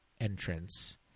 entrance